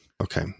Okay